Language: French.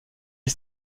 est